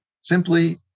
simply